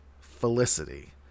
Felicity